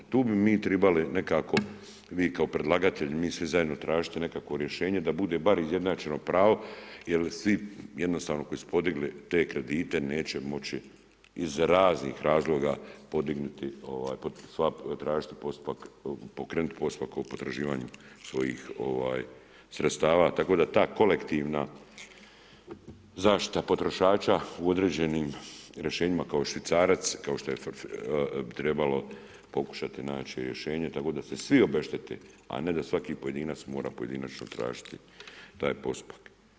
Tu bi mi trebali nekako vi kao predlagatelj, mi svi zajedno tražiti nekakvo rješenje da bude bar izjednačeno pravo jel' svi jednostavno koji su podigli te kredite neće moći iz raznih razloga podignuti, tražiti postupak, pokrenuti postupak oko potraživanja svojih sredstava tako da ta kolektivna zaštita potrošača u određenim rješenjima kao što je švicarac, bi trebalo pokušati naći rješenje tako da se svi obeštete a ne da svaki pojedinac mora pojedinačno tražiti taj postupak.